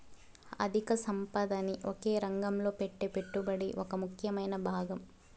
అధిక సంపదని ఒకే రంగంలో పెట్టే పెట్టుబడి ఒక ముఖ్యమైన భాగం